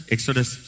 Exodus